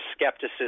skepticism